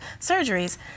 surgeries